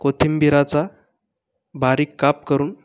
कोथिंबिरीचा बारीक काप करून